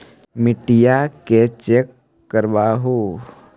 मिट्टीया के चेक करबाबहू?